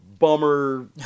bummer